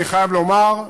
אני חייב לומר,